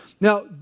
Now